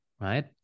Right